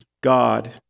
God